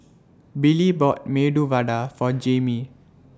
Billie bought Medu Vada For Jamie